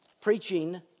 preaching